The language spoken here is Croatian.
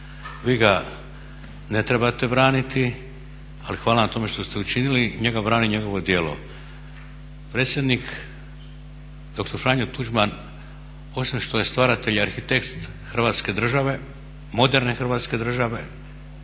Vi ga ne trebate braniti, ali hvala na tome što ste učinili, njega brani njegovo djelo. Predsjednik, dr. Franjo Tuđman, osim što je stvaratelj arhitekt Hrvatske države, moderne Hrvatske države,